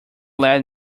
led